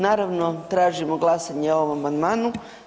Naravno tražimo glasanje o ovom amandmanu.